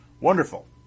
Wonderful